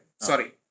Sorry